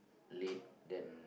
late than